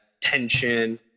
tension